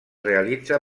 realitza